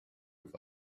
with